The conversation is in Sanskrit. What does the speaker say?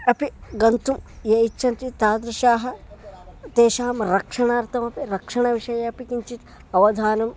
अपि गन्तुं ये इच्छन्ति तादृशाः तेषां रक्षणार्थमपि रक्षणविषये अपि किञ्चित् अवधानं